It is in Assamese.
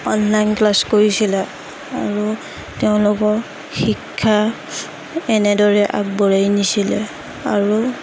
অনলাইন ক্লাছ কৰিছিলে আৰু তেওঁলোকৰ শিক্ষা এনেদৰে আগবঢ়াই নিছিলে আৰু